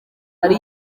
ari